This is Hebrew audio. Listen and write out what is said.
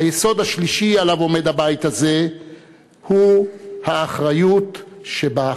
היסוד השלישי שעליו עומד הבית הזה הוא האחריות שבהכרעה.